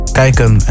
kijken